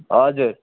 हजुर